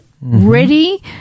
ready